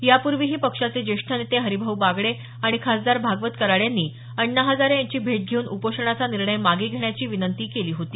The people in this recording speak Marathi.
यापूर्वीही पक्षाचे ज्येष्ठ नेते हरिभाऊ बागडे आणि खासदार भागवत कराड यांनी अण्णा हजारे यांची भेट घेऊन उपोषणाचा निर्णय मागं घेण्याची विनंती केली होती